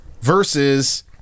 versus